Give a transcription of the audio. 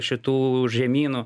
šitų žemynų